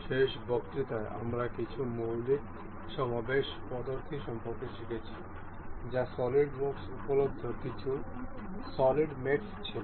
শেষ বক্তৃতায় আমরা কিছু মৌলিক সমাবেশ পদ্ধতি সম্পর্কে শিখেছি যা সলিডওয়ার্কসগুলিতে উপলব্ধ কিছু স্ট্যান্ডার্ড মেটস ছিল